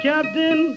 Captain